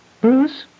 Bruce